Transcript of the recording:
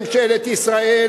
ממשלת ישראל,